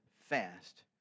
fast